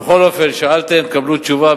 בכל אופן, שאלתם ותקבלו תשובה.